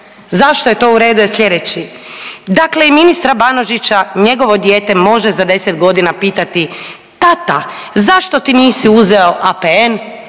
zašto je to u redu je slijedeći. Dakle, i ministra Banožića njegovo dijete može za 10 godina pitati tata zašto ti nisi uzeo APN,